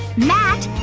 matt.